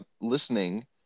listening